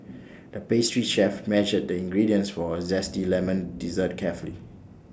the pastry chef measured the ingredients for A Zesty Lemon Dessert carefully